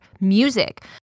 music